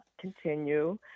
continue